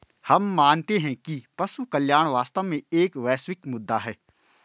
हम मानते हैं कि पशु कल्याण वास्तव में एक वैश्विक मुद्दा है